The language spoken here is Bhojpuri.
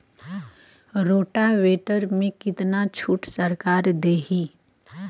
रोटावेटर में कितना छूट सरकार देही?